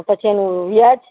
પછી એનું વ્યાજ